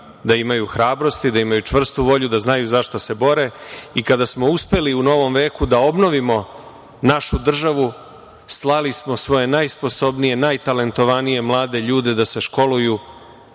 da imaju hrabrosti, da imaju čvrstu volju, da znaju zašta se bore i kada smo uspeli u novom veku da obnovimo našu državu slali smo svoje najsposobnije, najtalentovanije mlade ljude da se školuju